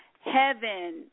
heaven